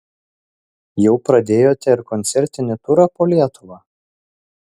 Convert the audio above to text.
jau pradėjote ir koncertinį turą po lietuvą